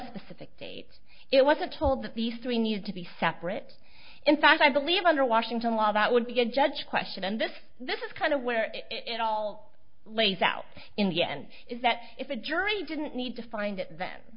specific it wasn't told that these three need to be separate in fact i believe under washington law that would be a judge question and this this is kind of where it all lays out in the end is that if a jury didn't need to find it then